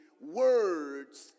words